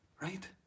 Right